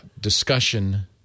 discussion